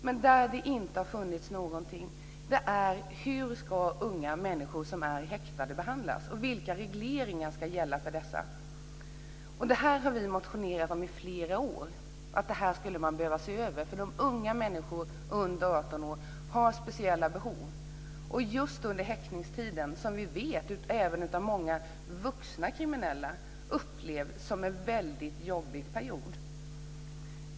Men ett område där det inte funnits någonting är hur unga människor som är häktade ska behandlas och vilka regleringar som ska gälla för dem. Vi har i flera år motionerat om att man skulle behöva se över detta. Unga människor under 18 år har speciella behov, och just häktningstiden vet vi även av många vuxna kriminella upplevs som en väldigt jobbig period.